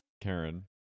Karen